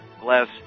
bless